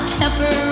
temper